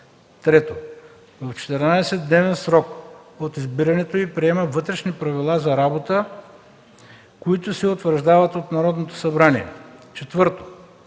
3. в 14-дневен срок от избирането й приема Вътрешни правила за работа, които се утвърждават от Народното събрание; 4.